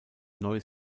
neues